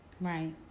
Right